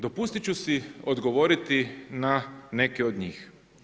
Dopustit ću si ogovoriti na neke od njih.